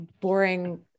boring